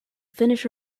finish